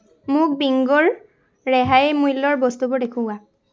মোক বিংগোৰ ৰেহাই মূল্যৰ বস্তুবোৰ দেখুওৱা